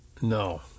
No